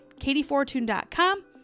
katiefortune.com